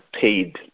paid